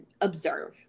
observe